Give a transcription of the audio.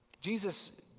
Jesus